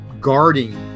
guarding